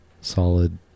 solid